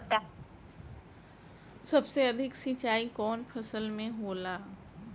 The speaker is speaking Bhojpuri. सबसे अधिक सिंचाई कवन फसल में होला?